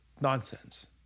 nonsense